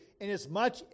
inasmuch